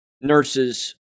nurses